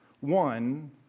One